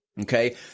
Okay